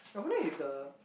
I wonder if the